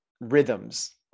rhythms